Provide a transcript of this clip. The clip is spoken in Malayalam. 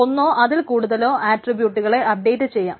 ഒന്നോ അതിൽ കൂടുതലോ ആട്രിബ്യൂട്ടുകളെ അപ്ഡേറ്റ് ചെയ്യാം